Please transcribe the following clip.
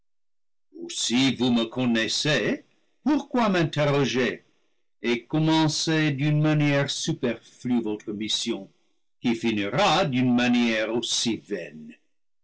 si vous me connaissez pourquoi m'interroger et commencer d'une manière superflue votre mission qui finira d'une manière aussi vaine